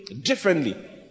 differently